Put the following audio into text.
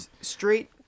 straight